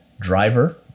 driver